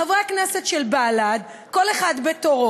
חברי הכנסת של בל"ד, כל אחד בתורו,